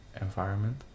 environment